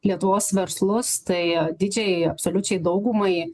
lietuvos verslus tai didžiajai absoliučiai daugumai